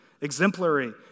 exemplary